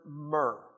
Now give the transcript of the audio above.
myrrh